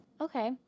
Okay